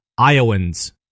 Iowans